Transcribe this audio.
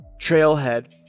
Trailhead